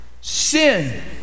sin